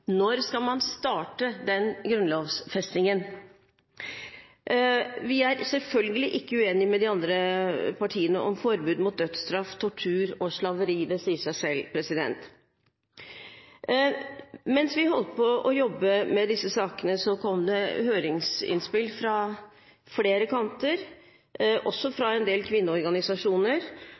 når skal man starte den grunnlovfestingen? Vi er selvfølgelig ikke uenig med de andre partiene i forbud mot dødsstraff, tortur og slaveri – det sier seg selv. Mens vi holdt på å jobbe med disse sakene, kom det høringsinnspill fra flere kanter, også fra en del kvinneorganisasjoner,